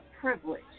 privilege